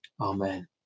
Amen